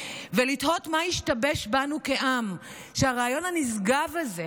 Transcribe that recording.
ולתהות מה השתבש בנו כעם שהרעיון הנשגב הזה,